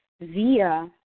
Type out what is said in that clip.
via